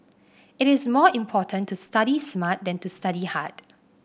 it is more important to study smart than to study hard